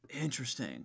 Interesting